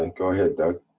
and go ahead doug.